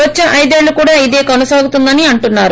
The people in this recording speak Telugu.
వచ్చే ఐదేళ్ళు కూడా ఇదే కొనసాగుతుందని అంటున్నారు